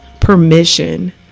permission